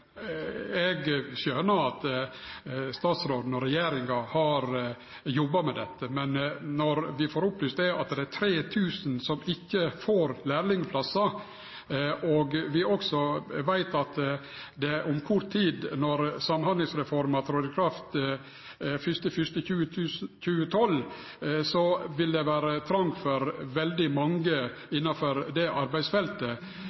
Eg skjønar at statsråden og regjeringa har jobba med dette. Men når vi får opplyst at det er 3 000 som ikkje får lærlingplassar, og når vi også veit at det om kort tid, når Samhandlingsreforma trer i kraft 1. januar 2012, vil det vere trongt for veldig mange